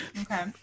Okay